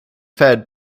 fed